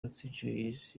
otis